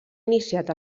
iniciat